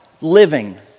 living